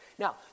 Now